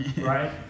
right